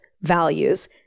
values